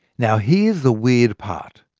now here's the weird part.